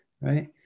right